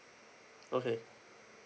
okay